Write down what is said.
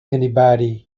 anybody